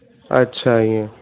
अछा इअं